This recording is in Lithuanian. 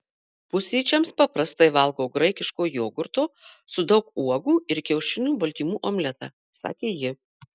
pusryčiams paprastai valgau graikiško jogurto su daug uogų ir kiaušinių baltymų omletą sakė ji